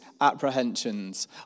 apprehensions